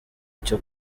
cyo